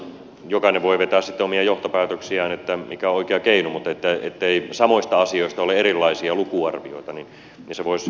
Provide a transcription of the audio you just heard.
jokainen voi vetää sitten omia johtopäätöksiään mikä on oikea keino mutta ettei samoista asioista ole erilaisia lukuarvioita niin se voisi